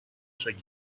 шаги